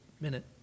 minute